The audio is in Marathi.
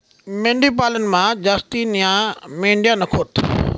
मेंढी पालनमा जास्तीन्या मेंढ्या नकोत